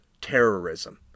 terrorism